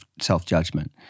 self-judgment